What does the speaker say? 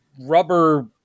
rubber